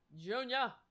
Junior